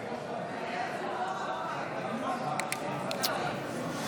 איסור הנפת דגל של רשות עוינת),